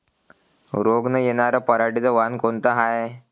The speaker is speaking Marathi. रोग न येनार पराटीचं वान कोनतं हाये?